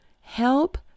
help